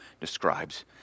describes